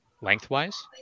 lengthwise